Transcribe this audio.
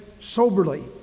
soberly